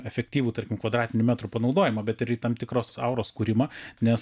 efektyvų tarkim kvadratinių metrų panaudojimą bet ir tam tikros auros kūrimą nes